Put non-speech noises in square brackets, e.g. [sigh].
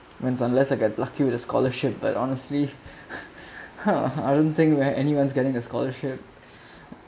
when unless I get lucky with the scholarship but honestly [laughs] !huh! I don't think where anyone's getting a scholarship